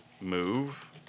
move